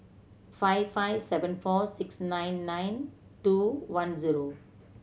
five five seven four six nine nine two one zero